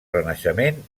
renaixement